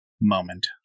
moment